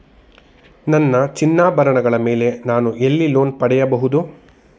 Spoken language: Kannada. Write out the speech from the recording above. ನನ್ನ ಚಿನ್ನಾಭರಣಗಳ ಮೇಲೆ ನಾನು ಎಲ್ಲಿ ಲೋನ್ ಪಡೆಯಬಹುದು?